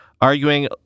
arguing